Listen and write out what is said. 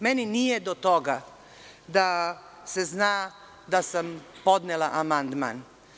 Meni nije do toga da se zna da sam podnela amandman.